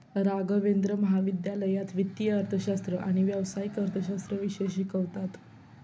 राघवेंद्र महाविद्यालयात वित्तीय अर्थशास्त्र आणि व्यावसायिक अर्थशास्त्र विषय शिकवतात